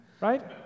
Right